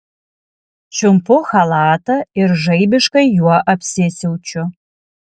čiumpu chalatą ir žaibiškai juo apsisiaučiu